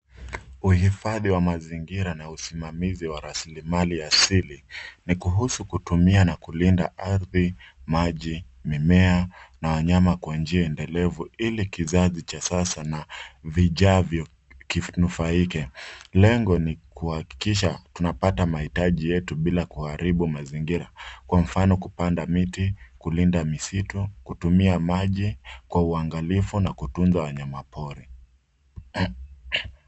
Uhifadhi wa mazingira na usimamizi wa rasilimali ya asili ni kuhusu kutumia na kulinda ardhi, maji, mimea, na wanyama kwa njia endelevu ili kizazi cha sasa na vijavyo kinufaike. Lengo ni kuhakikisha tunapata mahitaji yetu bila kuharibu mazingira. Kwa mfano, kupanda miti, kulinda misitu, kutumia maji kwa uangalifu, na kutunza wanyamapori.